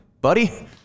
buddy